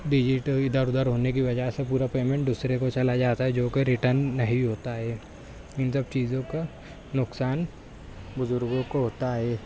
digit ادھر ادھر ہونے کی وجہ سے پورا پیمنٹ دوسرے کو چلا جاتا ہے جو کہ ریٹن نہیں ہوتا ہے ان سب چیزوں کا نقصان بزرگوں کو ہوتا ہے